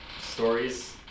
stories